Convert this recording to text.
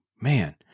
Man